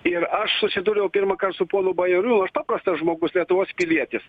ir aš susidūriau pirmąkart su ponu bajarūnu aš paprastas žmogus lietuvos pilietis